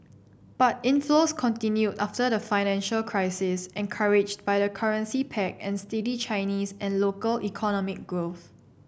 but inflows continued after the financial crisis encouraged by the currency peg and steady Chinese and local economic growth